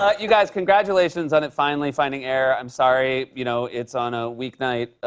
but you guys, congratulations on it finally finding air. i'm sorry, you know, it's on a weeknight,